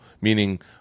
meaning